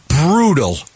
brutal